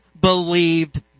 believed